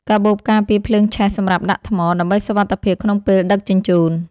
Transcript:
កាបូបការពារភ្លើងឆេះសម្រាប់ដាក់ថ្ម ដើម្បីសុវត្ថិភាពក្នុងពេលដឹកជញ្ជូន។